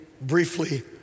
briefly